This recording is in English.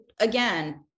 again